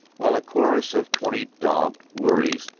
while a chorus of twenty daubed, worried,